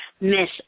Miss